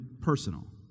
personal